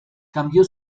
cambió